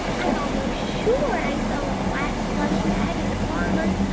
i'm almost sure i saw a black plush bag in the parlor.